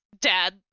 Dad